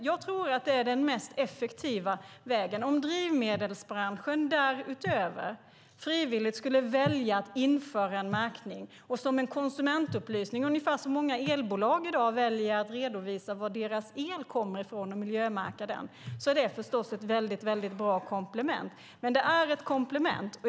Jag tror att det är den mest effektiva vägen. Om drivmedelsbranschen därutöver frivilligt skulle välja att införa en märkning som en konsumentupplysning - ungefär som många elbolag i dag väljer att redovisa var deras el kommer från och miljömärka den - är det förstås ett väldigt bra komplement, men det är ett komplement.